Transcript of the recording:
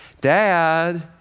Dad